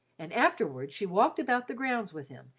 and afterward she walked about the grounds with him,